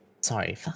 sorry